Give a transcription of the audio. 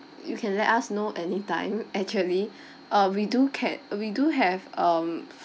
you can let us know anytime actually uh we do ca~ we do have um